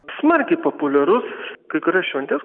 smarkiai populiarus kai kurias šventes